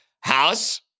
House